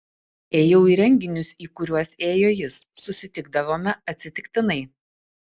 ėjau į renginius į kuriuos ėjo jis susitikdavome atsitiktinai